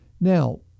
Now